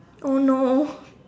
oh no